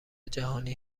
جهانی